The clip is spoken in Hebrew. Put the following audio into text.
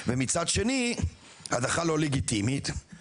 ומצד שני הדחה לא לגיטימית,